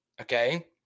okay